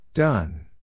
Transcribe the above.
Done